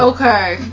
Okay